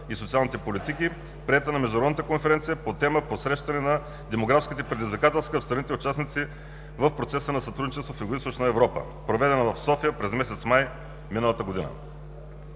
и социалните политики, приета на международната конференция на тема: „Посрещане на демографските предизвикателства в страните, участници в процеса на сътрудничество в Югоизточна Европа“, проведена в София през месец май миналата година.